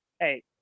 hey